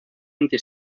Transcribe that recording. anti